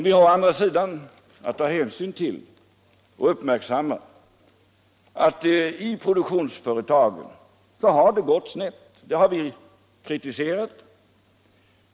Vi har å andra sidan att uppmärksamma och ta hänsyn till att i produktionsföretagen har det gått snett. Det har vi kritiserat.